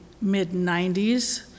mid-90s